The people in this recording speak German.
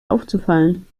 aufzufallen